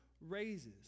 raises